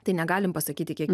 tai negalim pasakyti kiek